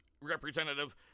Representative